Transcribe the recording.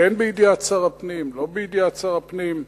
כן בידיעת שר הפנים, לא